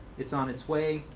it's on its way.